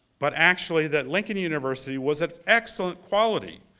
but actually that lincoln university was an excellent quality.